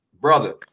brother